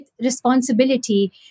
responsibility